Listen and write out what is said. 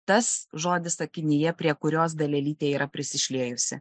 tas žodis sakinyje prie kurios dalelytė yra prisišliejusi